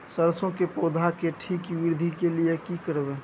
सरसो के पौधा के ठीक वृद्धि के लिये की करबै?